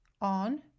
on